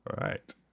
right